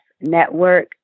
network